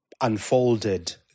unfolded